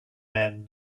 men